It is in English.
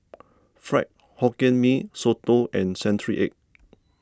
Fried Hokkien Mee Soto and Century Egg